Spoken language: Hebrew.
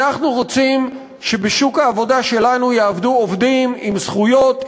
אנחנו רוצים שבשוק העבודה שלנו יעבדו עובדים עם זכויות,